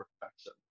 perfection